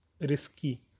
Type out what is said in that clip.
risky